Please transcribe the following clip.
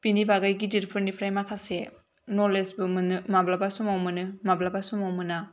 बिनि बागै गिदिरफोरनिफ्राय माखासे नलेजबो मोनो माब्लाबा समाव मोनो माब्लाबा समाव मोना